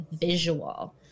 visual